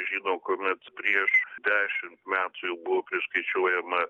žino kuomet prieš dešimt metų jų priskaičiuojama